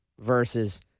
versus